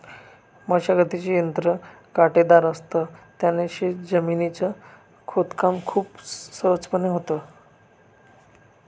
मशागतीचे यंत्र काटेदार असत, त्याने शेत जमिनीच खोदकाम खूप सहजपणे होतं